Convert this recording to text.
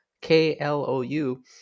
K-L-O-U